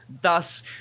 Thus